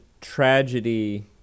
tragedy